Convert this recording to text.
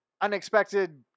unexpected